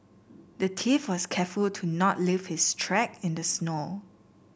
the thief was careful to not leave his track in the snow